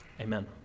Amen